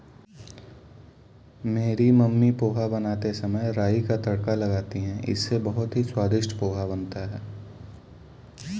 मेरी मम्मी पोहा बनाते समय राई का तड़का लगाती हैं इससे बहुत ही स्वादिष्ट पोहा बनता है